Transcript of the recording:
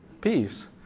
peace